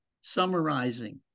summarizing